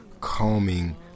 calming